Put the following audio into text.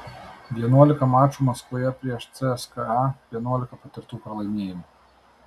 vienuolika mačų maskvoje prieš cska vienuolika patirtų pralaimėjimų